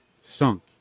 sunk